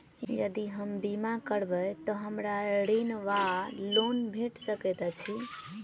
यदि हम बीमा करबै तऽ हमरा ऋण वा लोन भेट सकैत अछि?